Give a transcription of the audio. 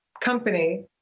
company